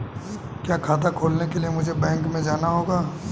क्या खाता खोलने के लिए मुझे बैंक में जाना होगा?